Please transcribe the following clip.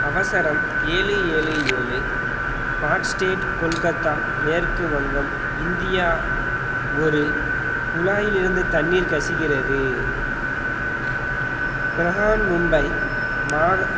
அவசரம் ஏழு ஏழு ஏழு பார்க் ஸ்ட்ரீட் கொல்கத்தா மேற்கு வங்கம் இந்தியா ஒரு குழாயிலிருந்து தண்ணீர் கசிகிறது பிரஹான் மும்பை மாக